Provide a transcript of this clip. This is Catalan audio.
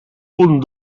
punt